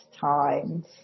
times